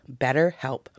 BetterHelp